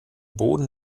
boden